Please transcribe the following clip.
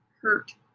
hurt